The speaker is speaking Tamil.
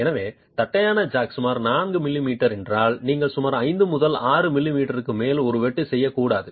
எனவே தட்டையான ஜாக் சுமார் 4 மில்லிமீட்டர் என்றால் நீங்கள் சுமார் 5 முதல் 6 மில்லிமீட்டருக்கு மேல் ஒரு வெட்டு செய்யக்கூடாது